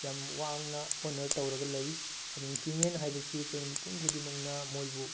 ꯌꯥꯝ ꯋꯥꯡꯅ ꯑꯣꯅ꯭ꯔ ꯇꯧꯔꯒ ꯂꯩ ꯑꯗꯩ ꯍꯤꯎꯃꯦꯟ ꯍꯥꯏꯕꯁꯤ ꯑꯩꯈꯣꯏ ꯃꯤꯄꯨꯡ ꯈꯨꯗꯤꯡꯃꯛꯅ ꯃꯣꯏꯕꯨ